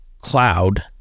cloud